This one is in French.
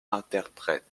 interprète